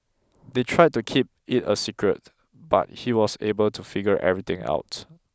they tried to keep it a secret but he was able to figure everything out